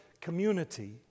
community